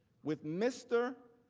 with mr.